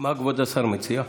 מה כבוד השר מציע?